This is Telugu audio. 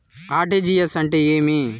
ఆర్.టి.జి.ఎస్ అంటే ఏమి